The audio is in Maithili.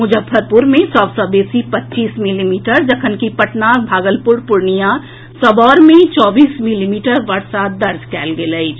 मुजफ्फरपुर मे सभ सॅ बेसी पच्चीस मिलीमीटर जखनकि पटना भागलपुर पूर्णिया सबौर मे चौबीस मिलीमीटर वर्षा दर्ज कएल गेल अछि